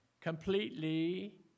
completely